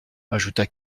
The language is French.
ajouta